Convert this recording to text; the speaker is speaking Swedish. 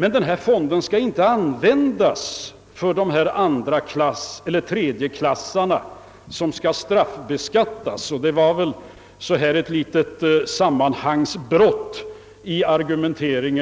Men den här fonden skall inte användas för dessa tredjeklassare som skall straffbeskattas — det var väl ett litet sammanhangsbrott i herr Ohlins argumentering.